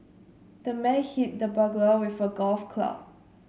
the man hit the burglar with a golf club